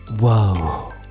whoa